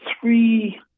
three